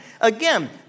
Again